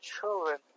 children